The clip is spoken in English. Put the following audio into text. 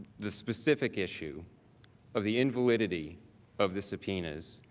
the specific issue of the invalidity of the subpoenas.